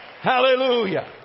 Hallelujah